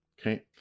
Okay